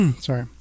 Sorry